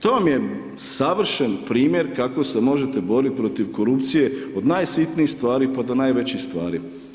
To vam je savršen primjer kako se možete boriti protiv korupcije od najsitnijih stvari pa do najvećih stvari.